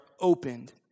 opened